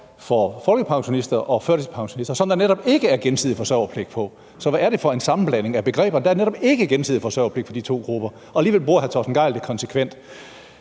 for folkepensionister og førtidspensionister, som der netop ikke er gensidig forsørgerpligt for. Så hvad er det for en sammenblanding af begreber? Der er netop ikke gensidig forsørgerpligt for de to grupper, og alligevel bruger hr. Torsten Gejl det konsekvent.